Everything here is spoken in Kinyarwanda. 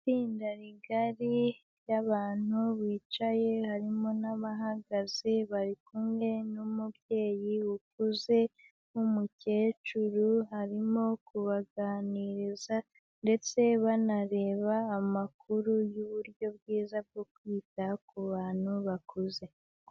Itsinda rigari ry'abantu bicaye, harimo n'abahagaze bari kumwe n'umubyeyi ukuze w'umukecuru, arimo kubaganiriza, ndetse banareba amakuru y'uburyo bwiza bwo kwita ku bantu bakuze.